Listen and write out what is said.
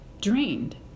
drained